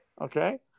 Okay